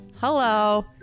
Hello